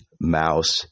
Mouse